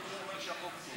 הוא אומר שהחוק טוב,